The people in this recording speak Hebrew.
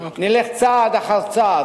נלך צעד אחר צעד.